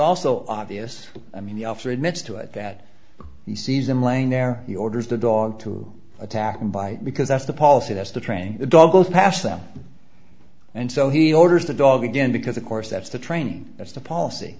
also obvious i mean the officer admits to it that he sees him laying there he orders the dog to attack him by because that's the policy that's the train the dog goes past them and so he orders the dog again because of course that's the training that's the policy